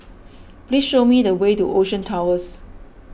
please show me the way to Ocean Towers